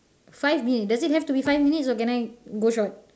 five minute does it have to be five minutes or can I go short